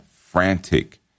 frantic